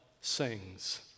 sings